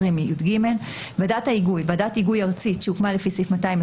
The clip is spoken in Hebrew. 220יג; "ועדת ההיגוי" - ועדת ההיגוי הארצית שהוקמה לפי סעיף